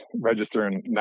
registering